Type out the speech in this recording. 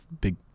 big